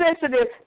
sensitive